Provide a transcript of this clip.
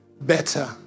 better